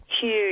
huge